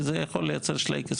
זה יכול לייצר שלייקס,